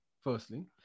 firstly